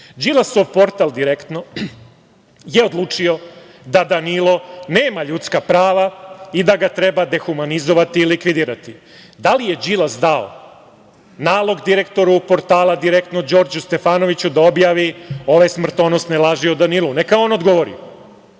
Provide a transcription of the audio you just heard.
Đilasov portal Direktno je odlučio da Danilo nema ljudska prava i da ga treba dehumanizovati i likvidirati. Da li je Đilas dao nalog direktoru portala Direktno, Đorđu Stefanoviću, da objavi ove smrtonosne laži o Danilu? Neka on odgovori. Na